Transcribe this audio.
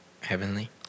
heavenly